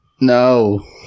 No